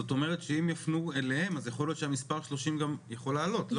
זאת אומרת שאם יפנו אליהם אז יכול להיות שהמספר 30 גם יכול לעלות.